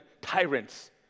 tyrants